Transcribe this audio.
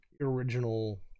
original